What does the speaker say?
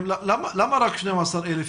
למה רק 12,000?